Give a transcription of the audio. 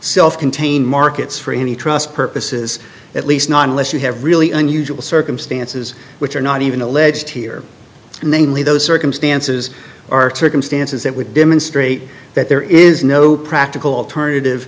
self contained markets for any trust purposes that lee not unless you have really unusual circumstances which are not even alleged here and then leave those circumstances are circumstances that would demonstrate that there is no practical alternative